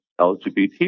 LGBT